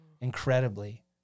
incredibly